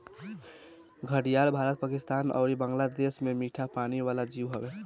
घड़ियाल भारत, पाकिस्तान अउरी बांग्लादेश के मीठा पानी वाला जीव हवे